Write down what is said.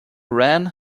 ran